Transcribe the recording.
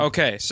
Okay